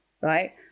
right